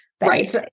Right